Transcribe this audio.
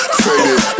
faded